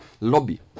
lobby